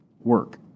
work